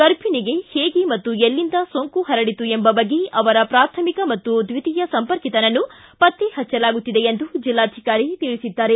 ಗರ್ಭಿಣಿಗೆ ಹೇಗೆ ಮತ್ತು ಎಲ್ಲಿಂದ ಸೋಂಕು ಪರಡಿತು ಎಂಬ ಬಗ್ಗೆ ಅವರ ಪ್ರಾಥಮಿಕ ಮತ್ತು ದ್ವೀತಿಯ ಸಂಪರ್ಕಿತರನ್ನು ಪತ್ತೆ ಹಚ್ಚಲಾಗುತ್ತಿದೆ ಎಂದು ಜಿಲ್ಲಾಧಿಕಾರಿ ತಿಳಿಸಿದರು